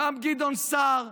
גם גדעון סער,